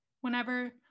Whenever